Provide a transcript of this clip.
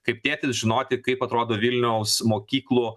kaip tėtis žinoti kaip atrodo vilniaus mokyklų